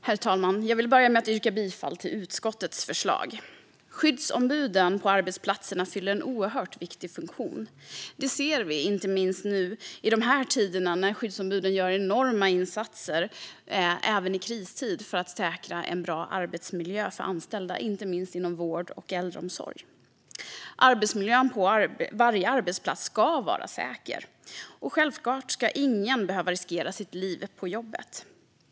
Herr talman! Jag vill börja med att yrka bifall till utskottets förslag. Skyddsombuden på arbetsplatserna fyller en oerhört viktig funktion. Det ser vi inte minst i dessa tider när skyddsombuden gör enorma insatser även i kristid för att säkra en bra arbetsmiljö för anställda, inte minst inom vård och äldreomsorg. Arbetsmiljön på varje arbetsplats ska vara säker, och självklart ska ingen behöva riskera sitt liv på jobbet.